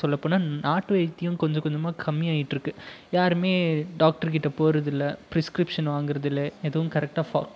சொல்லப்போனா நாட்டு வைத்தியம் கொஞ்ச கொஞ்சமாக கம்மியாயிட்டுயிருக்கு யாருமே டாக்டர் கிட்ட போகிறது இல்லை பிரிஸ்கிரிப்ஷன் வாங்குறது இல்லை எதுவும் கரெக்ட்டாக ஃபா